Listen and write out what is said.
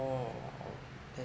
okay